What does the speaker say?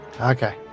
Okay